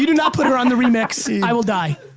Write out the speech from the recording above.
you know put her on the remix, i will die.